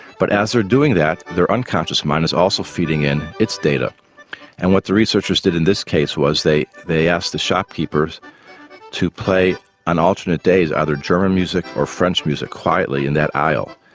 but as they are doing that their unconscious mind is also feeding in its data and what the researchers did in this case was they they asked the shop keepers to play on alternate days either german music or french music quietly in that aisle.